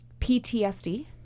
PTSD